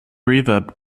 reverb